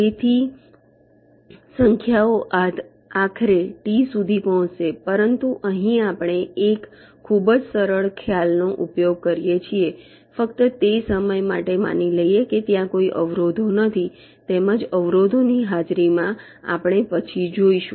તેથી સંખ્યાઓ આખરે T સુધી પહોંચશે પરંતુ અહીં આપણે એક ખૂબ જ સરળ ખ્યાલનો ઉપયોગ કરીએ છીએ ફક્ત તે સમય માટે માની લઈએ કે ત્યાં કોઈ અવરોધો નથી તેમજ અવરોધોની હાજરીમાં આપણે પછી જોઈશું